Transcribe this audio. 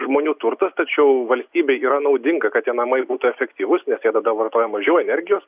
žmonių turtas tačiau valstybei yra naudinga kad tie namai būtų efektyvūs nes jie tada vartoja mažiau energijos